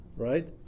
Right